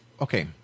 okay